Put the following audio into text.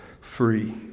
free